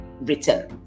written